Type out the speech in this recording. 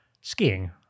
skiing